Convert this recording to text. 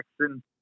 Jackson